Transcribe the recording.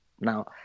Now